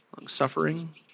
Long-suffering